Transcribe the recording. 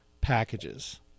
packages